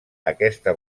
aquesta